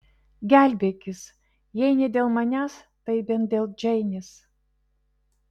gelbėkis jei ne dėl manęs tai bent dėl džeinės